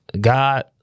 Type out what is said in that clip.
God